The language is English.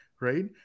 right